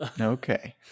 Okay